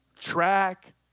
track